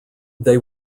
they